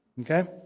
Okay